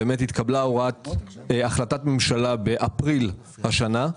באמת התקבלה החלטת ממשלה באפריל השנה.